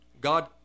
God